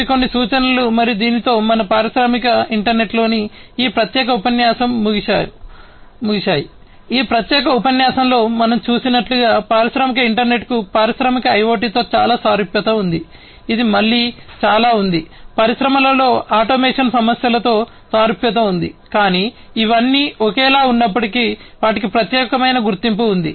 ఇవి కొన్ని సూచనలు మరియు దీనితో మనం పారిశ్రామిక ఇంటర్నెట్లోని ఈ ప్రత్యేక ఉపన్యాసం ముగిశాము ఈ ప్రత్యేక ఉపన్యాసంలో మనం చూసినట్లుగా పారిశ్రామిక ఇంటర్నెట్కు పారిశ్రామిక ఐయోటితో చాలా సారూప్యత ఉంది ఇది మళ్ళీ చాలా ఉంది పరిశ్రమలో ఆటోమేషన్ సమస్యలతో సారూప్యత ఉంది కానీ ఇవన్నీ ఒకేలా ఉన్నప్పటికీ వాటికి ప్రత్యేకమైన గుర్తింపు ఉంది